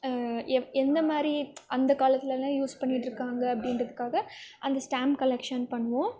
எப் எந்த மாதிரி அந்த காலத்துலெல்லாம் யூஸ் பண்ணிகிட்ருக்காங்க அப்படின்றதுக்காக அந்த ஸ்டாம்ப் கலெக்ஷன் பண்ணுவோம்